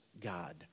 God